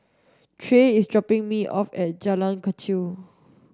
Trey is dropping me off at Jalan Kechil